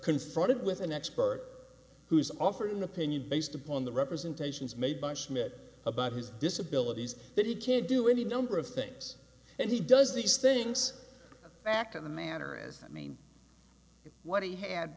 confronted with an expert who's offered an opinion based upon the representations made by schmidt about his disability that he can't do any number of things and he does these things a fact of the matter as the name of what he had